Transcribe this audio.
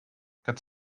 quatre